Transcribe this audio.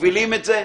מובילים את זה,